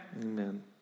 Amen